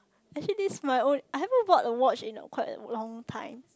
actually this my own I haven't bought a watch in quite a long time